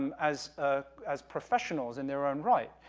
um as ah as professionals in their own right.